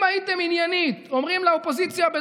אם הייתם עניינית אומרים לאופוזיציה,